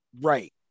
right